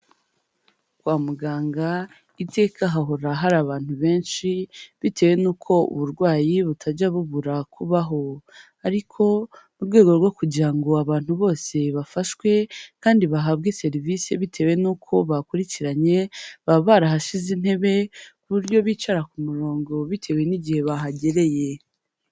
Kwa muganga iteka hahora hari abantu benshi bitewe n'uko uburwayi butajya bubura kubaho, ariko mu rwego rwo kugira ngo abantu bose bafashwe kandi bahabwe serivise bitewe n'uko bakurikiranye, baba barahashize intebe ku buryo bicara ku murongo bitewe n'igihe bahagereye.